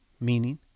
Meaning